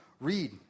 read